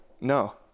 no